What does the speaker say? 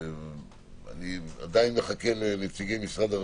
אני עדיין מחכה לנציגי משרד הרווחה,